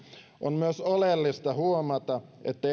on oleellista huomata